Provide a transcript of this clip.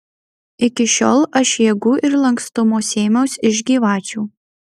iki šiol aš jėgų ir lankstumo sėmiaus iš gyvačių